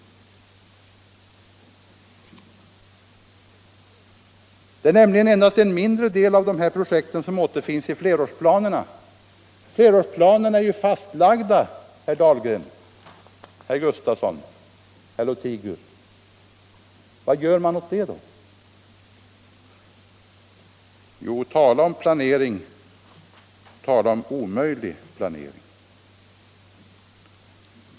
Det är nämligen endast en mindre del av dessa projekt som återfinns i fler årsplanerna. Dessa planer är ju fastlagda, herrar Dahlgren, Gustafson i Göteborg och Lothigius. Vad gör man åt det? Man kan tala om omöjlig planering.